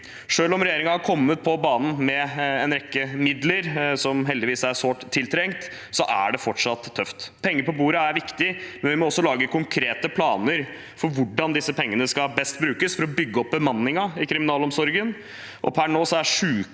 Selv om regjeringen heldigvis har kommet på banen med en rekke midler, som er sårt tiltrengt, er det fortsatt tøft. Penger på bordet er viktig, men vi må også lage konkrete planer for hvordan disse pengene best skal brukes for å bygge opp bemanningen i kriminalomsorgen.